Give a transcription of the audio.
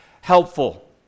helpful